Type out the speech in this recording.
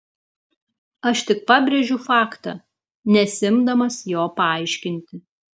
aš tik pabrėžiu faktą nesiimdamas jo paaiškinti